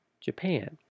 Japan